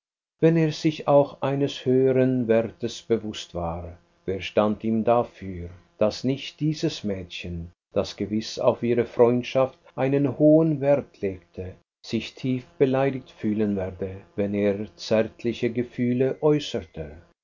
wenn er sich auch eines höheren wertes bewußt war wer stand ihm dafür daß nicht dieses mädchen das gewiß auf ihre freundschaft einen hohen wert legte sich tief beleidigt fühlen werde wenn er zärtlichere gefühle äußerte